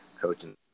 coaching